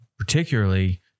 particularly